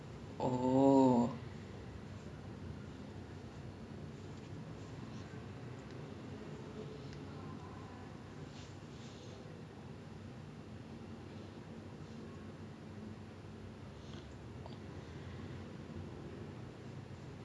because like எனக்கு சின்ன வயசுல இருந்தே:enakku chinna vayasula irunthae like when I saw that I'm like one of these people I had this like amazing I I don't know how to say ah I had to I had this interest in how they can make people feel emotions that they weren't feeling in the first place you know like maybe you really happy then you start listening to a song right then you notice yourself starting to get sad